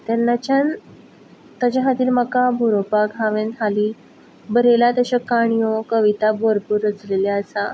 तेन्नाच्यान ताजे खातीर म्हाका बरोवपाक हांवें हालीं बरयलां तशें काणयो कविता भरपूर रचिल्ल्यो आसा